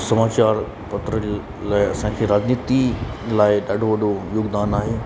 समाचार पत्र जे लाइ असांखे राजनीति जे लाइ ॾाढो वॾो योगदानु आहे